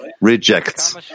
rejects